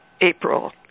April